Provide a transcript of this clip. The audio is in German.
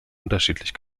unterschiedlich